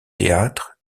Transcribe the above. théâtre